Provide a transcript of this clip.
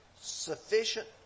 sufficient